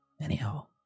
Anyhow